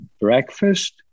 breakfast